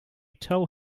tell